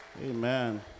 Amen